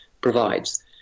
provides